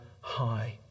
high